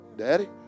Daddy